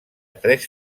tres